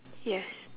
yes